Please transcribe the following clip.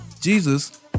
Jesus